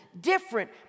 different